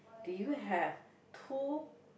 did you have tool